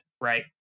Right